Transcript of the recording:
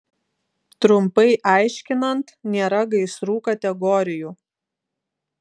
trumpai aiškinant nėra gaisrų kategorijų